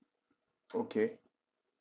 okay